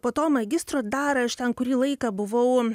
po to magistro dar aš ten kurį laiką buvau